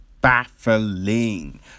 baffling